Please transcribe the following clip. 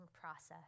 process